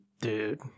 Dude